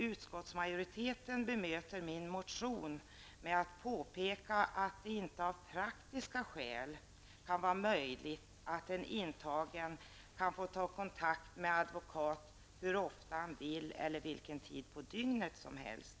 Utskottsmajoriteten bemöter min motion med att påpeka att det av praktiska skäl inte är möjligt att en intagen kan få ta kontakt med advokat hur ofta han vill eller i vilken tid på dygnet som helst.